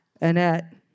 Annette